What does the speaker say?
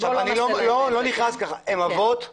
הם אבות לילדים,